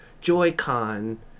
joy-con